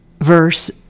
verse